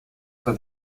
for